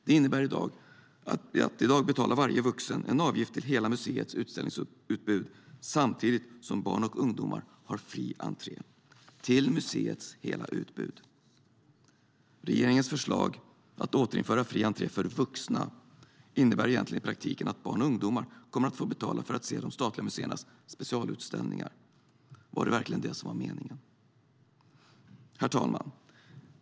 Det innebär att i dag betalar varje vuxen en avgift till hela museets utställningsutbud, samtidigt som barn och ungdomar har fri entré till museets hela utbud. Regeringens förslag att återinföra fri entré för vuxna innebär i praktiken att barn och ungdomar kommer att få betala för att se de statliga museernas specialutställningar. Var det verkligen det som var meningen? Herr talman!